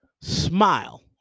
Smile